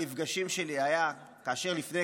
בתוך הלך הרוח הזה אחד המפגשים שלי היה כאשר לפני